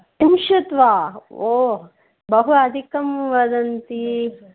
त्रिंशत् वा ओ बहु अधिकं वदन्ति